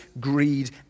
greed